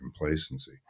complacency